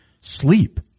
sleep